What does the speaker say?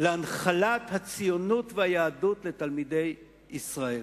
להנחלת הציונות והיהדות לתלמידי ישראל.